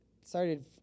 started